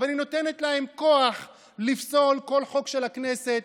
אבל היא נותנת להם כוח לפסול כל חוק של הכנסת